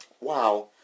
Wow